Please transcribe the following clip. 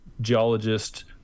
geologist